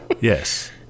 yes